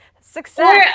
Success